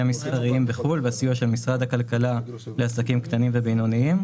המסחריים בחו"ל והסיוע של משרד הכלכלה לעסקים קטנים ובינוניים,